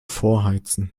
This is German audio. vorheizen